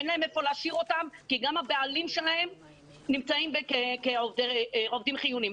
אין להם איפה להשאיר אותם כי גם הבעלים שלהם הם עובדים חיוניים.